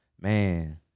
man